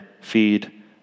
feed